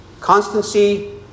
Constancy